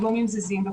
פיגומים זיזיים וכו'.